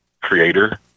creator